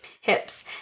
hips